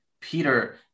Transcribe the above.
Peter